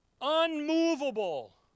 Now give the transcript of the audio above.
Unmovable